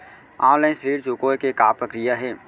Online ऋण चुकोय के का प्रक्रिया हे?